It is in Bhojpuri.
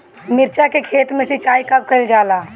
मिर्चा के खेत में सिचाई कब कइल जाला?